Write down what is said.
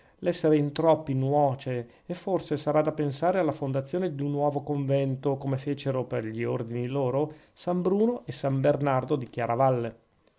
l'essere in troppi nuoce e forse sarà da pensare alla fondazione d'un nuovo convento come fecero per gli ordini loro san bruno e san bernardo